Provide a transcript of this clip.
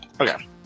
Okay